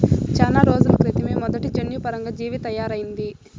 చానా రోజుల క్రితమే మొదటి జన్యుపరంగా జీవి తయారయింది